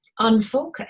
unfocus